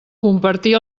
compartir